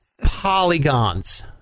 polygons